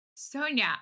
Sonia